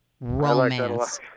Romance